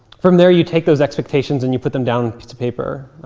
from there, you take those expectations and you put them down to paper.